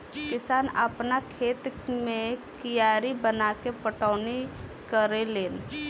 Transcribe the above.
किसान आपना खेत मे कियारी बनाके पटौनी करेले लेन